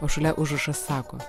o šalia užrašas sako